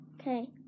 Okay